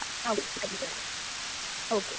ആ അതു തരാം ഓക്കെ